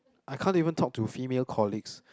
I can't even talk to female colleagues